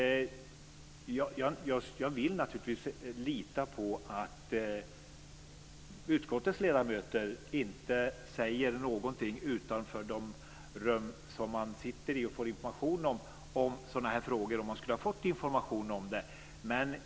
Jag vill naturligtvis lita på att utskottets ledamöter inte säger någonting utanför de rum som man sitter i och får information om i sådana här frågor, om man nu skulle ha fått information om det.